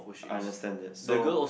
I understand that so